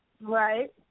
Right